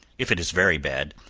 if it is very bad,